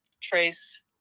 trace